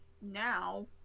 now